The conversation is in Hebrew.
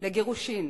לגירושין,